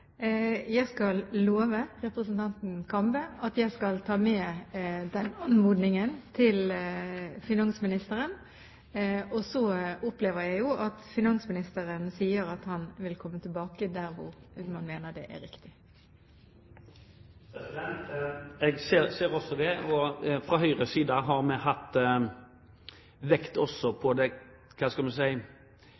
Jeg skal love representanten Kambe at jeg skal ta med den anmodningen til finansministeren. Så opplever jeg jo at finansministeren sier at han vil komme tilbake der hvor han mener det er riktig. Jeg ser også det. Fra Høyres side har vi også lagt vekt på det hastverket som regjeringen tilsynelatende har hatt med tanke på